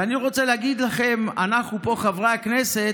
ואני רוצה להגיד לכם, ואנחנו פה חברי הכנסת,